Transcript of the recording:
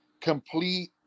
complete